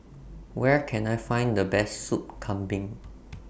Where Can I Find The Best Soup Kambing